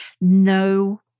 no